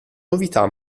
novità